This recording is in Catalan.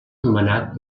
nomenat